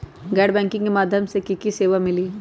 गैर बैंकिंग के माध्यम से की की सेवा मिली?